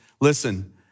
listen